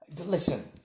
Listen